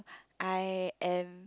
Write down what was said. I am